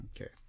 Okay